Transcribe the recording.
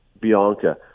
Bianca